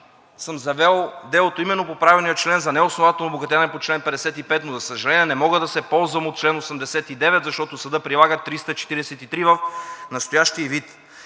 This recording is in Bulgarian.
съм завел делото именно по правилния член за неоснователно обогатяване по чл. 55, но за съжаление, не мога да се ползвам от чл. 89, защото съдът прилага чл. 343 в настоящия ѝ